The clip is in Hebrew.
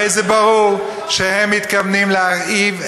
הרי ברור שהם מתכוונים להרעיב.